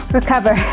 recover